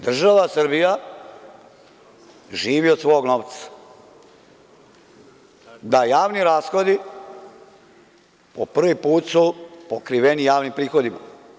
Država Srbija živi od svog novca, da javni rashodi po prvi put su pokriveni javnim prihodima.